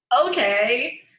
okay